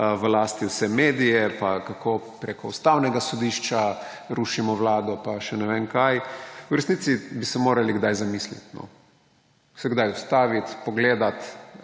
v lasti vse medije pa kako preko Ustavnega sodišča rušimo vlado pa še ne vem kaj. V resnici bi se morali kdaj zamisliti, se kdaj ustaviti, pogledati